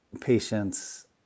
patients